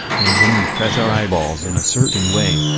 and when we press our eyeballs in a certain way,